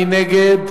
מי נגד?